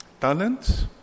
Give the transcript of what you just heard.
Talents